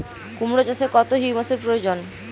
কুড়মো চাষে কত হিউমাসের প্রয়োজন?